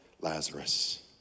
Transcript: Lazarus